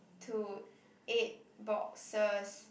to eight boxes